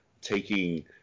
taking